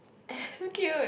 so cute